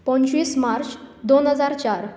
पंचवीस मार्च दोन हजार चार